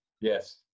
Yes